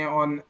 on